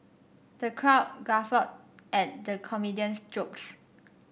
the crowd guffawed at the comedian's jokes